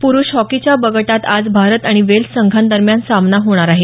प्रुष हॉकीच्या ब गटात आज भारत आणि वेल्स संघादरम्यान सामना होणार आहे